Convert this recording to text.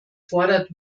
fordert